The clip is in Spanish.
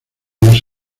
los